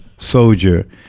soldier